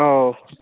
ꯑꯧ